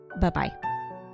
bye-bye